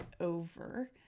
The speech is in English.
over